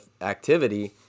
activity